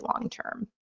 long-term